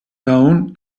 down